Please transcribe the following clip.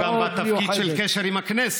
והוא גם בתפקיד של קשר עם הכנסת,